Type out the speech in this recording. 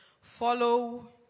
follow